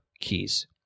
keys